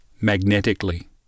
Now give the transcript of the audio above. magnetically